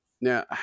Now